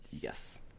Yes